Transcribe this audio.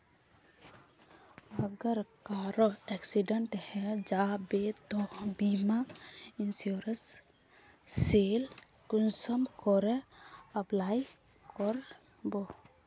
अगर कहारो एक्सीडेंट है जाहा बे तो बीमा इंश्योरेंस सेल कुंसम करे अप्लाई कर बो?